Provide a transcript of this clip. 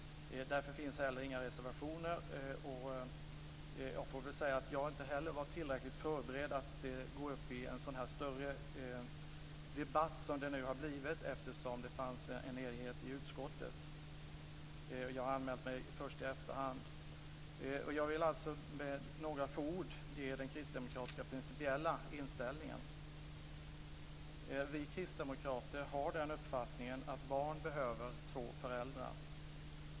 Därför finns det inte heller några reservationer. Jag var inte heller tillräckligt förberedd på att gå upp i en sådan större debatt som det nu har blivit, eftersom det fanns en enighet i utskottet. Jag har anmält mig först i efterhand. Jag vill alltså med några få ord ge den kristdemokratiska principiella inställningen. Vi kristdemokrater har den uppfattningen att barn behöver två föräldrar.